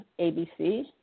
ABC